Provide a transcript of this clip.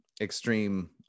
extreme